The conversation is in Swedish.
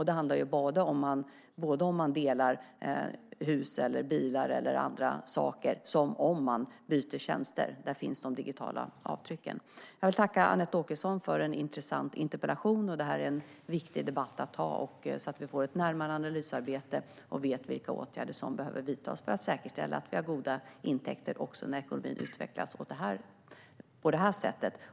Det gäller både om man delar hus, bilar eller andra saker och om man byter tjänster. Där finns de digitala avtrycken. Jag vill tacka Anette Åkesson för en intressant interpellation. Det här är en viktig debatt att ta, så att vi får en närmare analys och vet vilka åtgärder som behöver vidtas för att säkerställa att vi har goda intäkter också när ekonomin utvecklas på det här sättet.